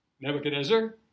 Nebuchadnezzar